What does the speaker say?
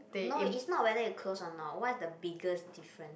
no is not whether you close or not what is the biggest difference